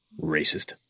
Racist